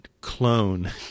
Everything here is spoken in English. clone